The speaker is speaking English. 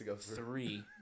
three